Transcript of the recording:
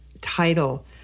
title